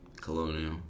Colonial